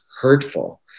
hurtful